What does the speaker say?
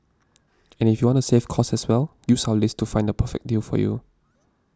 and if you want to save cost as well use our list to find a perfect deal for you